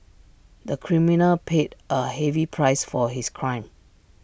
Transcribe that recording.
the criminal paid A heavy price for his crime